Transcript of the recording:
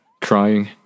crying